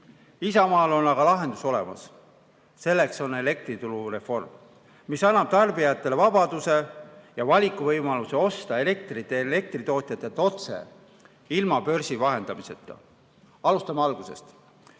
Isamaal on aga lahendus olemas. Selleks on elektrituru reform, mis annab tarbijatele vabaduse ja valikuvõimaluse osta elektrit elektritootjatelt otse, ilma börsi vahendamiseta. Alustame algusest.